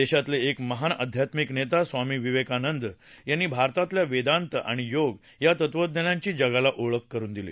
देशातले एक महान आध्यात्मिक नेता स्वामी विवेकानंद यांनी भारतातल्या वेदांत आणि योग या तत्वज्ञानांची जगाला ओळख करुन दिली